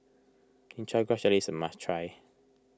Chin Chow Grass Jelly is a must try